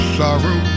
sorrow